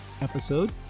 episode